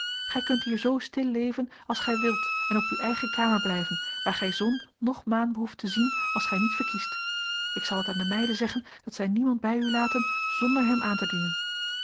gij kunt hier zoo stil leven als gij wilt en op uw eigen kamer blijven waar gij zon noch maan behoeft te zien als gij niet verkiest ik zal het aan de meiden zeggen dat zij niemand bij u laten zonder hem aan te dienen